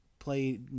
play